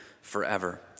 forever